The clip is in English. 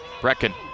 Brecken